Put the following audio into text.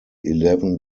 eleven